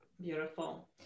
Beautiful